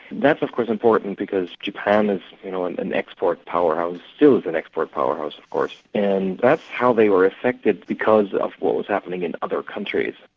that's of course important because japan is you know and an export powerhouse, still is an export powerhouse of course, and that's how they were affected because of what was happening in other countries,